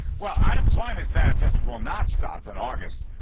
well, unemployment benefits will not stop in august.